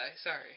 Sorry